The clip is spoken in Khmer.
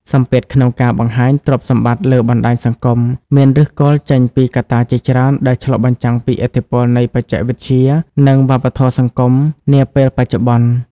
សម្ពាធក្នុងការបង្ហាញទ្រព្យសម្បត្តិលើបណ្តាញសង្គមមានឫសគល់ចេញពីកត្តាជាច្រើនដែលឆ្លុះបញ្ចាំងពីឥទ្ធិពលនៃបច្ចេកវិទ្យា និងវប្បធម៌សង្គមនាពេលបច្ចុប្បន្ន។